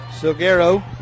Silguero